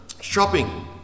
shopping